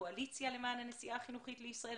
הקואליציה למען הנסיעה החינוכית לישראל.